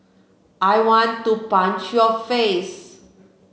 I want to punch your face